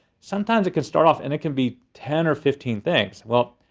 sometimes it can start off and it can be ten or fifteen things. well,